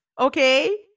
okay